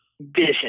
vision